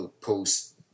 post